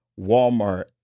Walmart